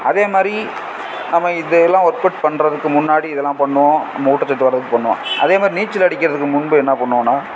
அதே மாதிரி நம்ம இதெல்லாம் ஒர்க் அவுட் பண்ணுறதுக்கு முன்னாடி இதெல்லாம் பண்ணுவோம் நம்ம ஊட்டச்சத்து வர்றதுக்கு பண்ணுவோம் அதே மாதிரி நீச்சல் அடிக்கிறதுக்கு முன்பு என்ன பண்ணுவோன்னால்